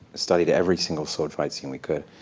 studied every single sword fight scene we could.